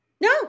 No